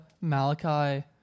Malachi